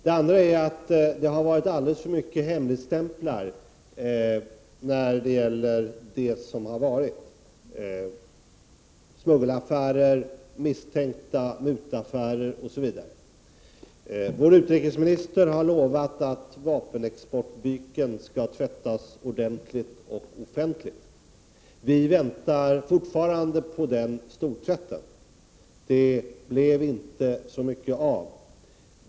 Den andra är att det har funnits alldeles för många hemligstämplar. Det har bl.a. gällt smuggelaffärer och misstänkta mutaffärer. Vår utrikesminister har lovat att vapenexportbyken skall tvättas ordentligt och offentligt. Vi väntar fortfarande på den stortvätten. Det blev inte så mycket av den.